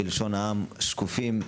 בלשון העם שקופים,